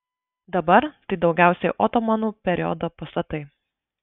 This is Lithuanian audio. dabar tai daugiausiai otomanų periodo pastatai